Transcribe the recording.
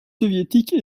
soviétiques